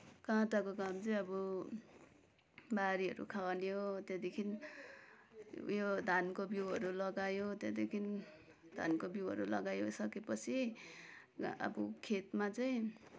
काँटाको काम चाहिँ बारीहरू खन्यो त्यहाँदेखि उयो धानको बिउहरू लगायो त्यहाँदेखि धानको बिउहरू लगायो सकेपछि अब खेतमा चाहिँ